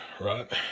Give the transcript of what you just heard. right